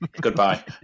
Goodbye